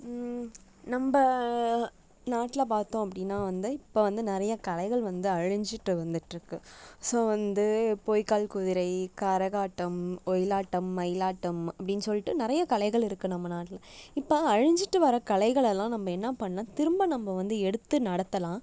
நம்ம நாட்டில் பார்த்தோம் அப்படின்னா வந்து இப்போ வந்து நிறைய கலைகள் வந்து அழிஞ்சிட்டு வந்துட்டுருக்கு ஸோ வந்து பொய்க்கால் குதிரை கரகாட்டம் ஒயிலாட்டம் மயிலாட்டம் அப்படின்னு சொல்லிட்டு நிறைய கலைகள் இருக்கு நம்ம நாட்ல இப்போ அழிஞ்சிட்டு வர கலைகளெல்லாம் நம்ம என்ன பண்ணலாம் திரும்ப நம்ம வந்து எடுத்து நடத்தலாம்